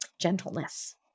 gentleness